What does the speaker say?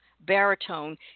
baritone